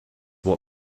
what